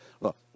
Look